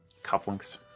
cufflinks